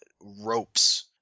ropes